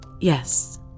Yes